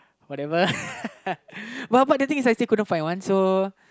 whatever but but the thing is I still couldn't find one so